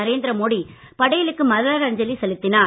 நரேந்திரமோடி படேலுக்கு மலரஞ்சலி செலுத்தினார்